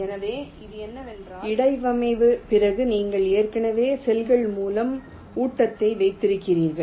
எனவே அது என்னவென்றால் இடவமைப்புக்குப் பிறகு நீங்கள் ஏற்கனவே செல்கள் மூலம் ஊட்டத்தை வைத்திருக்கிறீர்கள்